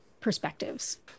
perspectives